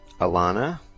Alana